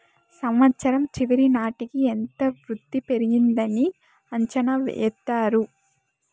సంవచ్చరం చివరి నాటికి ఎంత వృద్ధి పెరిగింది అని అంచనా ఎత్తారు